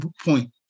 point